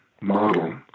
model